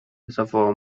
zawołał